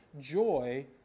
joy